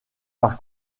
par